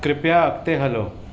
कृपया अॻिते हलो